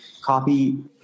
copy